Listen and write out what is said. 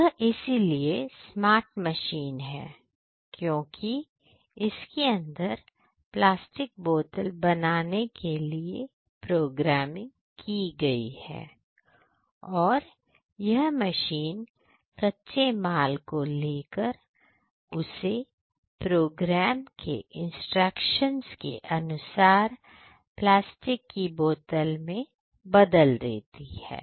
यह इसलिए smart machine है क्योंकि इसके अंदर प्लास्टिक बोतल बनाने के लिए प्रोग्रामिंग की गई है और यह मशीन कच्चे माल को लेकर उसे प्रोग्राम के इंस्ट्रक्शंस के अनुसार प्लास्टिक की बोतल में बदल देती है